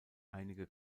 einige